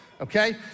okay